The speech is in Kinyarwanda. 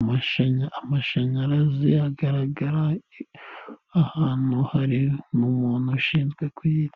Amashanya amashanyarazi agaragara ahantu hari umuntu ushinzwe kwirinda.